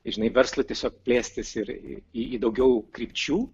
žinai verslui tiesiog plėstis ir į į daugiau krypčių